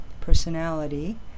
personality